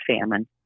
famine